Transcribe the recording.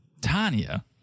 Tanya